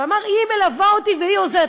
והוא אמר: היא מלווה אותי והיא עוזרת,